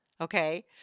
Okay